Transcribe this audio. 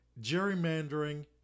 Gerrymandering